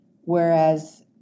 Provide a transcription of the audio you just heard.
whereas